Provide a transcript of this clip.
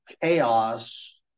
chaos